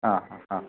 ആ ഹ ഹാ